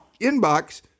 inbox